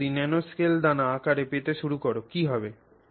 তুমি যদি ন্যানোস্কেল দানা আকারে যেতে শুরু কর কি হবে